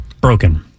broken